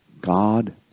God